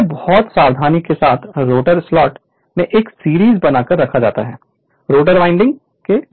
इन्हें बहुत सावधानी के साथ रोटर स्लॉट में एक सीरीज बनाकर रखा जाता है रोटर वाइंडिंग के लिए